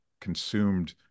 consumed